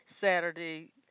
Saturday